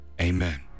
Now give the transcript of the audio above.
amen